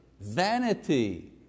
vanity